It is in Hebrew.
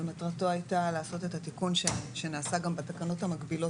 ומטרתו היתה לעשות את התיקון שנעשה גם בתקנות המגבילות,